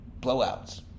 Blowouts